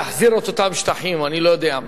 להחזיר את אותם שטחים או אני לא יודע מה,